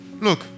Look